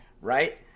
Right